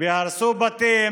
והרסו בתים.